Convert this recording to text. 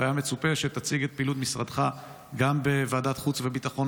והיה מצופה שתציג את פעילות משרדך גם בוועדת החוץ והביטחון,